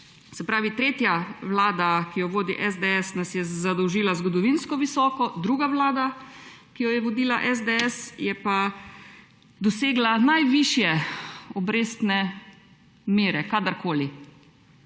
je, da je tretja vlada, ki jo vodi SDS, zadolžila zgodovinsko visoko, druga vlada, ki jo je vodila SDS, pa je dosegla najvišje obrestne mere kadarkoli.